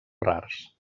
rars